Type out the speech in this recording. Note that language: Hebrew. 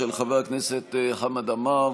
של חבר הכנסת חמד עמאר,